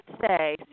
say